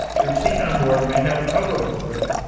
your t-con board may have a cover over it,